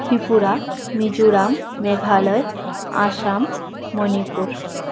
त्रिपुरा मिजोरम् मेघालयः आसाम् मणिपूर्